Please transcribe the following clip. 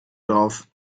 drauf